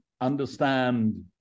understand